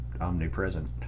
omnipresent